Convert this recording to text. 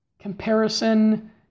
comparison